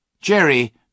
Jerry